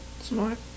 Smart